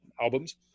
albums